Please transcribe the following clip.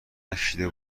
نکشیده